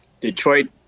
Detroit